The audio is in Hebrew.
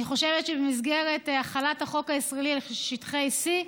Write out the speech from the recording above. אני חושבת שבמסגרת החלת החוק הישראלי על שטחי C,